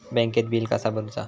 बँकेत बिल कसा भरुचा?